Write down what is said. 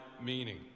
meaning